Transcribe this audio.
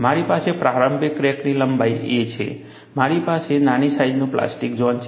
મારી પાસે પ્રારંભિક ક્રેકની લંબાઈ a છે મારી પાસે નાની સાઈજનું પ્લાસ્ટિક ઝોન છે